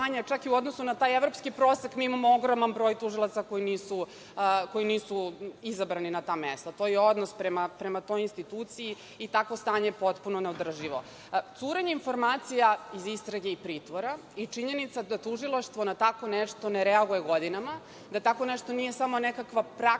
čak i u odnosu na taj evropski prosek mi imamo ogroman broj tužilaca koji nisu izabrani na ta mesta. To je odnos prema toj instituciji i takvo stanje je potpuno neodrživo. Curenje informacija iz istrage i pritvora i činjenica da tužilaštvo na tako nešto ne reaguje godinama, da tako nešto nije samo nekakva praksa